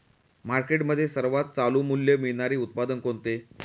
मार्केटमध्ये सर्वात चालू मूल्य मिळणारे उत्पादन कोणते?